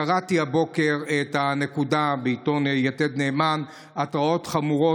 קראתי הבוקר את הנקודה בעיתון יתד נאמן: התרעות חמורות,